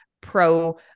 pro